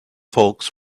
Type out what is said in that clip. folks